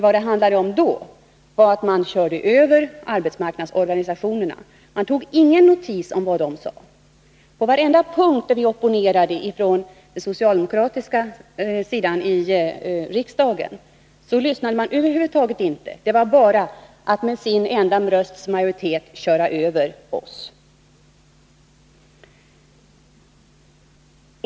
Vad det handlade om då var att man körde över arbetsmarknadsorganisationerna. Man tog ingen notis om vad dessa sade. På varenda punkt där vi från den socialdemokratiska sidan opponerade i riksdagen, så lyssnade man heller över huvud taget inte. Det var bara att med sin enda rösts majoritet köra över oss.